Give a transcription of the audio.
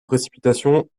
précipitation